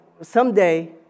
someday